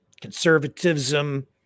conservatism